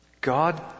God